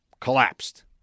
collapsed